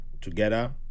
together